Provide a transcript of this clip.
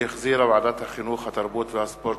שהחזירה ועדת החינוך, התרבות והספורט.